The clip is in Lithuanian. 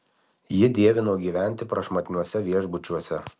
ji dievino gyventi prašmatniuose viešbučiuose